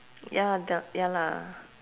ya lah the ya lah